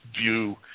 view